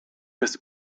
des